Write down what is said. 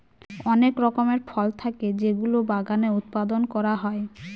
অনেক রকমের ফল থাকে যেগুলো বাগানে উৎপাদন করা হয়